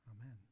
Amen